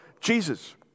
Jesus